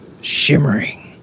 shimmering